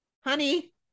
honey